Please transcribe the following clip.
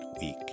week